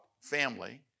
family